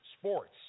Sports